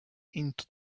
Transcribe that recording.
into